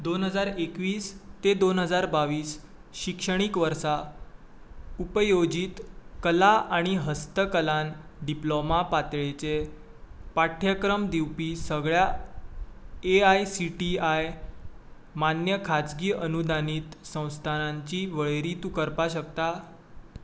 दोन हजार एकवीस ते दोन हजार बावीस शिक्षणीक वर्सा उपयोजीत कला आनी हस्तकला डिप्लाॅमा पातळीचेर पाठ्यक्रम दिवपी सगळ्या A I C T I मान्य खाजगी अनुदानीत संस्थानांची वळेरी तूं करपाक शकता